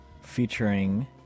featuring